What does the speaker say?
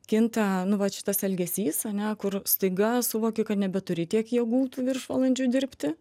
kinta nu vat šitas elgesys ane kur staiga suvoki kad nebeturi tiek jėgų tų viršvalandžių dirbti